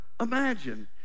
imagine